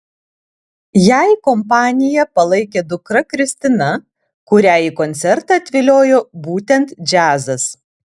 jai kompaniją palaikė dukra kristina kurią į koncertą atviliojo būtent džiazas